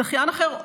זכיין אחר,